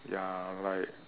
ya like